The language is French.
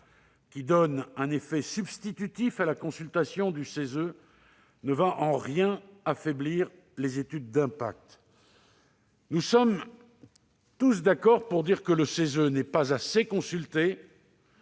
qui donne un effet substitutif à la consultation du CESE, ne va affaiblir en rien les études d'impact. Nous sommes tous d'accord pour dire que le CESE n'est pas assez consulté,